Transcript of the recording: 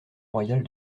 royale